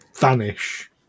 vanish